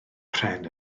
pren